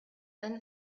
then